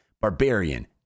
Barbarian